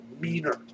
meaner